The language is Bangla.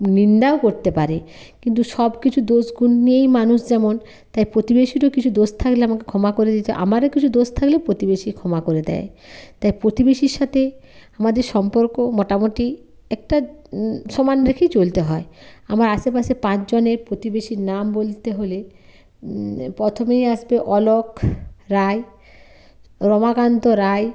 নিন্দাও করতে পারে কিন্তু সব কিছু দোষ গুণ নিয়েই মানুষ যেমন তাই প্রতিবেশীরও কিছু দোষ থাকলে আমাকে ক্ষমা করে দিতে হয় আমারও কিছু দোষ থাকলে প্রতিবেশী ক্ষমা করে দেয় তাই প্রতিবেশীর সাথে আমাদের সম্পর্ক মোটামোটি একটা সমান রেখেই চলতে হয় আমার আশেপাশে পাঁচজনের প্রতিবেশীর নাম বলতে হলে প্রথমেই আসবে অলক রাই রমাকান্ত রাই